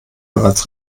bereits